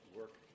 work